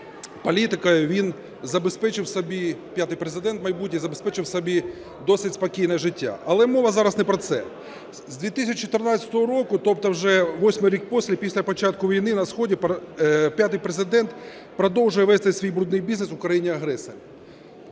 він забезпечив собі, п'ятий Президент майбутній, забезпечив собі досить спокійне життя. Але мова зараз не про це. З 2014 року, тобто вже восьмий рік поспіль після початку війни на сході, п'ятий Президент продовжує вести свій брудний бізнес у країні-агресорі